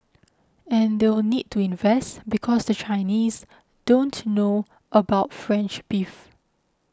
and they'll need to invest because the Chinese don't know about French beef